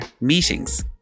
meetings